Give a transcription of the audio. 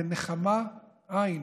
ונחמה אין